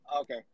Okay